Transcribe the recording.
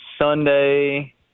sunday